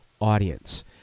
audience